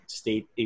state